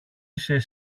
είσαι